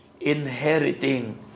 inheriting